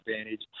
advantage